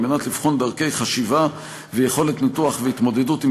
על מנת לבחון דרכי חשיבה ויכולת ניתוח והתמודדות עם